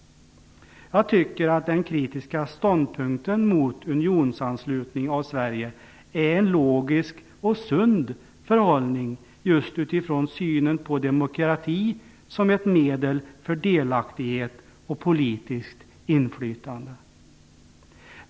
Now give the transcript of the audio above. Jag tycker att den kritiska ståndpunkten mot unionsanslutning av Sverige är en logisk och sund förhållning just från synen på demokrati som ett medel för delaktighet och politiskt inflytande.